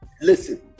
Listen